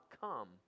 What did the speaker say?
come